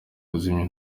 kuzimya